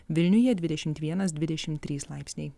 vilniuje dvidešimt vienas dvidešim trys laipsniai